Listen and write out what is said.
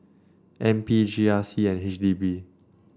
N P G R C and H D B